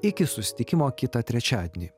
iki susitikimo kitą trečiadienį